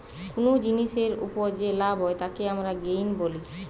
কুনো জিনিসের উপর যে লাভ হয় তাকে আমরা গেইন বলি